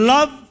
Love